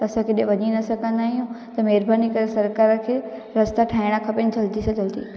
त असां किथे वञी न सघंदा आहियूं त महिरबानी करे सरकार खे रस्ता ठाहिणु खपनि जल्दी सां जल्दी